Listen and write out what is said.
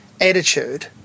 attitude